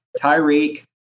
Tyreek